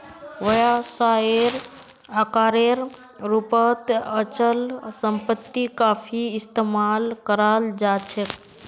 व्यवसायेर आकारेर रूपत अचल सम्पत्ति काफी इस्तमाल कराल जा छेक